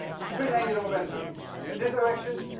spin angular momentum is in this direction.